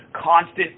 constant